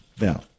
Now